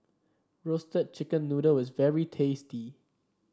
Roasted Chicken Noodle is very tasty